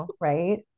right